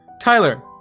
Tyler